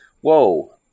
whoa